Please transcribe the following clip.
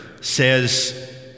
says